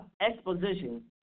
exposition